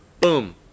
Boom